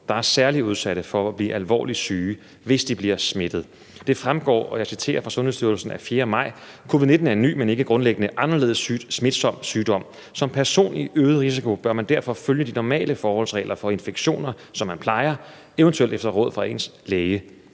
der er særligt udsatte for at blive alvorligt syge, hvis de bliver smittet. Det fremgår, at, og jeg citerer fra Sundhedsstyrelsen fra den 4. maj: »COVID-19 er en ny, men ikke grundlæggende anderledes smitsom sygdom. Som person i øget risiko bør man derfor følge de normale forholdsregler for infektioner som man plejer, eventuelt efter råd fra ens læge.